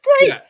great